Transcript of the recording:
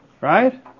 Right